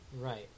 right